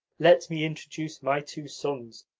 let me introduce my two sons,